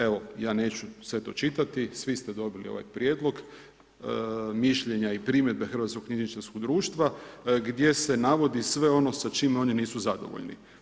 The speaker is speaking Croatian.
Evo ja neću sve to čitati, svi ste dobili ovaj prijedlog, mišljenja i primjedbe Hrvatsko-knjižničarskog društva gdje se navodi sve ono sa čime oni nisu zadovoljni.